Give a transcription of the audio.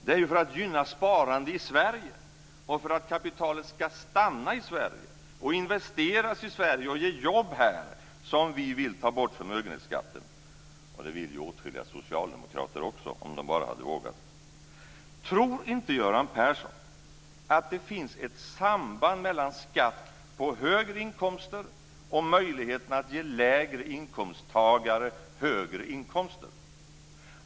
Det är ju för att gynna sparande i Sverige och för att kapitalet ska stanna i Sverige, investeras i Sverige och ge jobb här som vi vill ta bort förmögenhetsskatten. Det vill ju åtskilliga socialdemokrater också om de bara hade vågat säga det. Tror inte Göran Persson att det finns ett samband mellan skatt på högre inkomster och möjligheterna att ge lägre inkomsttagare högre inkomster?